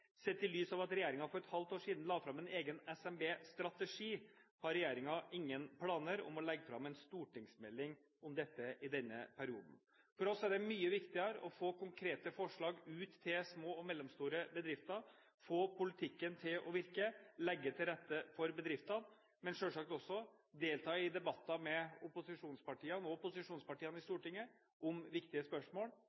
Sett i lys av at regjeringen for et halvt år siden la fram en egen SMB-strategi, har regjeringen ingen planer om å legge fram en stortingsmelding om dette i denne perioden. For oss er det mye viktigere å få konkrete forslag ut til små og mellomstore bedrifter, få politikken til å virke og legge til rette for bedriftene, og selvsagt å delta i debatter med opposisjonspartiene i Stortinget om viktige spørsmål i